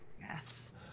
yes